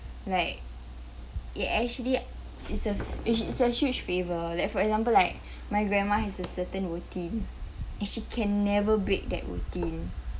like it actually is a is a huge favour like for example like my grandma has a certain routine as she can never break that routine